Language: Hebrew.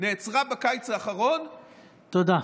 נעצרה בקיץ האחרון, תודה.